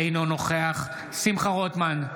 אינו נוכח שמחה רוטמן,